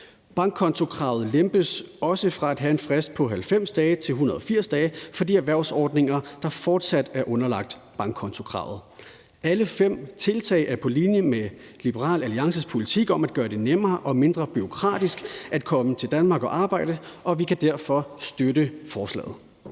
Bankkontokravet lempes også fra at have en frist på 90 dage til 180 dage for de erhvervsordninger, der fortsat er underlagt bankkontokravet. Alle fem tiltag er på linje med Liberal Alliances politik om at gøre det nemmere og mindre bureaukratisk at komme til Danmark og arbejde, og vi kan derfor støtte forslaget.